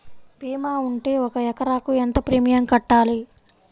భీమా ఉంటే ఒక ఎకరాకు ఎంత ప్రీమియం కట్టాలి?